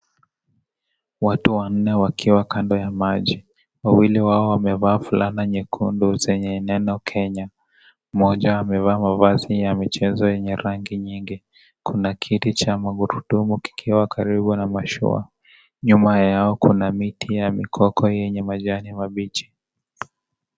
Watu wanne wakiwa kando ya maji, wawili wao wamevaa fulana nyejundu zenye neno Kenya, mmoja amevaa mavazi ya michezo yenye rangi nyingi, kuna kiti cha magurudumu kikiwa karibu na mashua, nyuma yao kuna miti ya mikoko yenye majani mabichi.